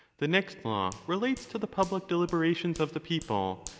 the next law relates to the public deliberations of the people,